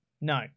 No